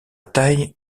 taille